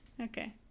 Okay